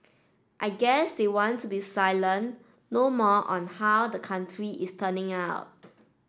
I guess they want to be silent no more on how the country is turning out